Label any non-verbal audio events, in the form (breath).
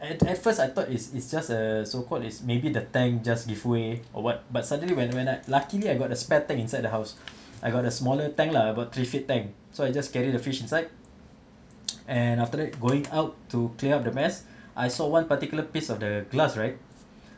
at at first I thought it's it's just a so called is maybe the tank just give way or what but suddenly when when I luckily I got the spare tank inside the house I got the smaller tank lah about three feet tank so I just carry the fish inside (noise) and after that going out to clean up the mess (breath) I saw one particular piece of the glass right